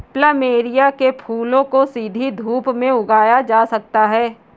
plumeria के फूलों को सीधी धूप में उगाया जा सकता है